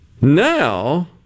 now